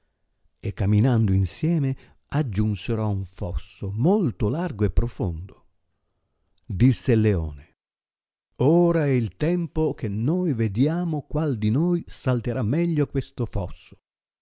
e caminando insieme aggiunsero ad un fosso molto largo e profondo disse il leone ora é il tempo che noi vediamo qual di noi salterà meglio questo fosso